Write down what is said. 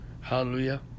hallelujah